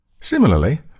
Similarly